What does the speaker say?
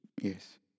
Yes